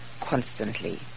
constantly